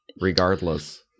regardless